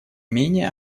менее